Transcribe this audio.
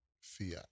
fiat